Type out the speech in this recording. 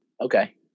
Okay